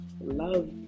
Love